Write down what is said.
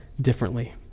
differently